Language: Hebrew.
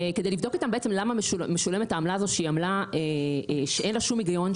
כדי לבדוק איתם למה משולמת העמלה הזאת שאין לה שום היגיון,